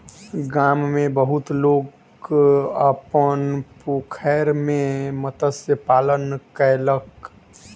गाम में बहुत लोक अपन पोखैर में मत्स्य पालन कयलक